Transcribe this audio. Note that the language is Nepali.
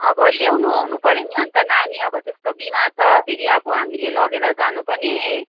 अब ल्याउनु आउनुपऱ्यो नि त अन्त नानी अब त्यस्तो बिमार छ फेरि अब हामीले लगेर जानु पनि